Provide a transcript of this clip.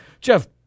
Jeff